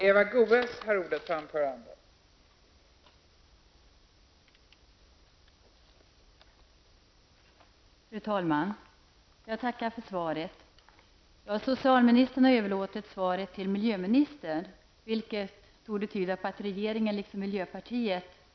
19.00.